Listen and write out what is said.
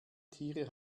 tiere